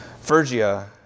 Phrygia